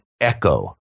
echo